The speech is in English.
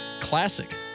Classic